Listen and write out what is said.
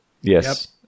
Yes